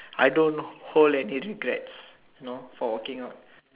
I don't hold any regrets know for walking out